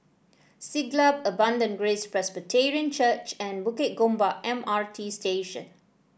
Siglap Abundant Grace Presbyterian Church and Bukit Gombak M R T Station